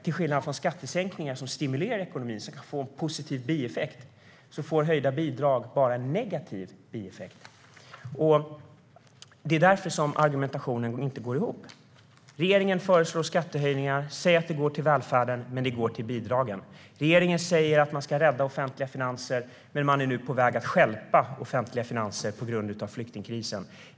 Till skillnad från skattesänkningar, som stimulerar ekonomin och ger en positiv bieffekt, får höjda bidrag bara en negativ bieffekt. Det är därför som argumentationen inte går ihop. Regeringen föreslår skattehöjningar och säger att de går till välfärden, men de går till bidragen. Regeringen säger att man ska rädda de offentliga finanserna, men man är nu på väg att stjälpa de offentliga finanserna på grund av flyktingkrisen.